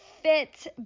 fit